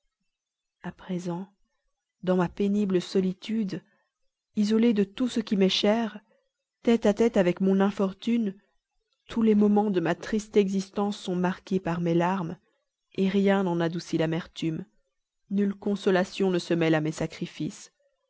a présent dans ma pénible solitude isolée de tout ce qui m'est cher tête-à-tête avec mon infortune tous les moments de ma triste existence sont marqués par mes larmes rien n'en adoucit l'amertume nulle consolation ne se mêle à mes sacrifices